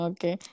Okay